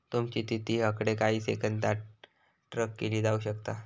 तुमची स्थिती हकडे काही सेकंदात ट्रॅक केली जाऊ शकता